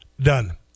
done